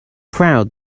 proud